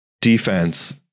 defense